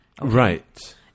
Right